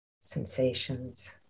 sensations